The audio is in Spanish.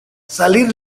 salir